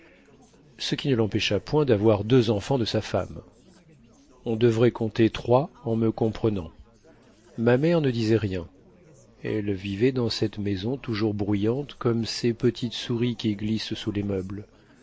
ce qui ne l'empêcha point d'avoir deux enfants de sa femme on devrait compter trois en me comprenant ma mère ne disait rien elle vivait dans cette maison toujours bruyante comme ces petites souris qui glissent sous les meubles